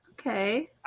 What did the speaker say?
okay